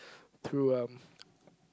through um